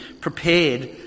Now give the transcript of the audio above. prepared